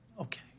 Okay